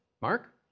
Mark